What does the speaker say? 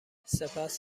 سپس